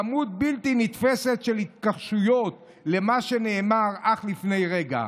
כמות בלתי נתפסת של התכחשויות למה שנאמר אך לפני רגע.